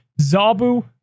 Zabu